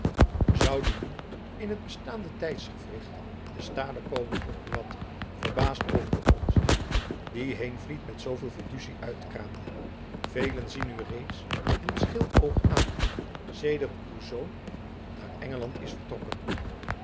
zoû die u in het bestaande tijdsgewricht te stade komen vroeg buat verbaasd over den onzin dien heenvliet met zooveel fiducie uitkraamde velen zien u reeds met een scheel oog aan sedert uw zoon daar engeland is vertrokken